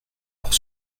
pour